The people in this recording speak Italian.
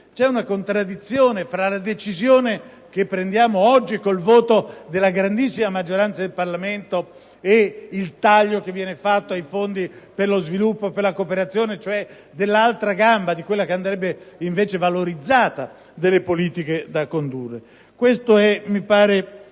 c'è una contraddizione tra la decisione che prendiamo oggi col voto della grandissima maggioranza del Parlamento ed il taglio che viene fatto ai fondi per lo sviluppo e la cooperazione, cioè dell'altra gamba, che andrebbe invece valorizzata, delle politiche da condurre. Questo è il punto